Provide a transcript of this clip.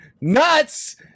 Nuts